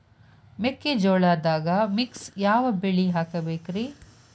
ಮೆಕ್ಕಿಜೋಳದಾಗಾ ಮಿಕ್ಸ್ ಯಾವ ಬೆಳಿ ಹಾಕಬೇಕ್ರಿ?